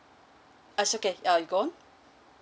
ah it's okay uh you go on